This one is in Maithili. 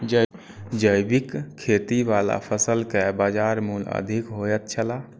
जैविक खेती वाला फसल के बाजार मूल्य अधिक होयत छला